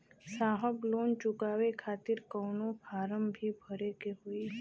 साहब लोन चुकावे खातिर कवनो फार्म भी भरे के होइ?